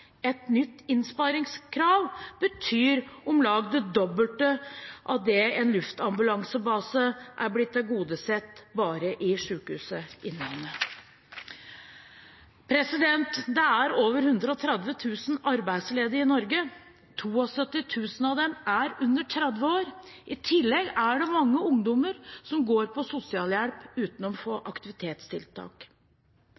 Et nytt innsparingskrav betyr om lag det dobbelte av det en luftambulansebase er blitt tilgodesett med bare i Sykehuset Innlandet. Det er over 130 000 arbeidsledige i Norge. 72 000 av dem er under 30 år. I tillegg er det mange ungdommer som går på sosialhjelp uten å få